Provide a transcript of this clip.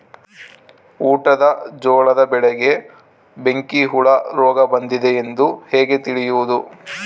ಊಟದ ಜೋಳದ ಬೆಳೆಗೆ ಬೆಂಕಿ ಹುಳ ರೋಗ ಬಂದಿದೆ ಎಂದು ಹೇಗೆ ತಿಳಿಯುವುದು?